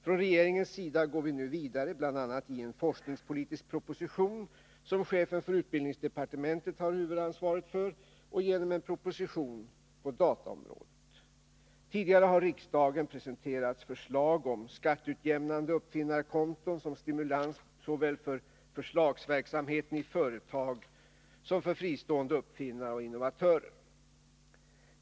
Från regeringens sida går vi nu vidare, bl.a. i en forskningspolitisk proposition, som chefen för utbildningsdepartementet har huvudansvaret för, och genom en proposition på dataområdet. Tidigare har riksdagen presenterats förslag om skatteutjämnande uppfinnarkonton som stimulans såväl för förslagsverksamheten i företag som för fristående uppfinnare och innovatörer.